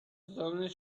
done